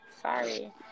Sorry